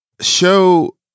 Show